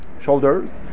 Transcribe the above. shoulders